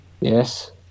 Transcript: yes